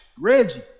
Reggie